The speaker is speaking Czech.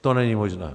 To není možné!